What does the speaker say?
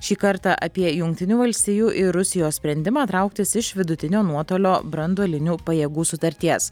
šį kartą apie jungtinių valstijų ir rusijos sprendimą trauktis iš vidutinio nuotolio branduolinių pajėgų sutarties